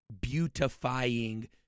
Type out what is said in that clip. beautifying